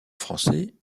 français